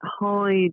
hide